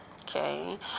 okay